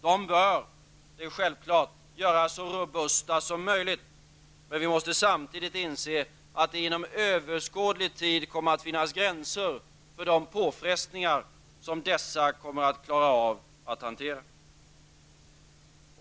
De bör självfallet göras så robusta som möjligt, men vi måste samtidigt inse att det inom överskådlig tid kommer att finnas gränser för de påfrestningar som de klarar av att hantera.